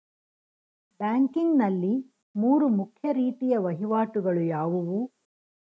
Banking ನಲ್ಲಿ ಮೂರು ಮುಖ್ಯ ರೀತಿಯ ವಹಿವಾಟುಗಳು ಯಾವುವು?